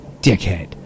dickhead